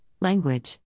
language